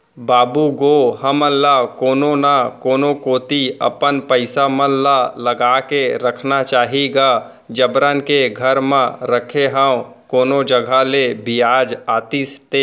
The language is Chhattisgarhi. बाबू गो हमन ल कोनो न कोनो कोती अपन पइसा मन ल लगा के रखना चाही गा जबरन के घर म रखे हवय कोनो जघा ले बियाज आतिस ते